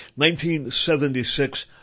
1976